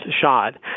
shot